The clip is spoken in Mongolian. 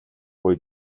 буй